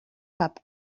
cap